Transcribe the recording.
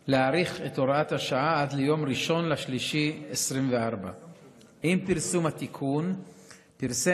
להאריך את הוראת השעה עד 1 במרץ 2024. עם פרסום התיקון פורסמו